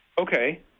okay